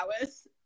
hours